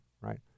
right